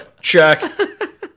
check